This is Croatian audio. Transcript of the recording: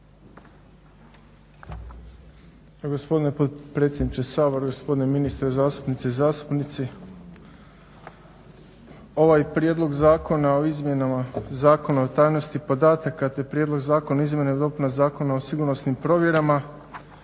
Hvala i vama.